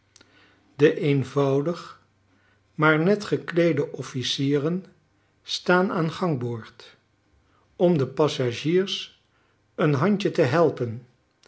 de eenvoudig maar net gekleede officieren staan aan gangboord om de passagiers een handje te helpen